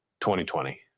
2020